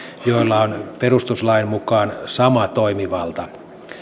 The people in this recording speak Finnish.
joilla on perustuslain mukaan sama toimivalta